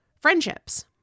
friendships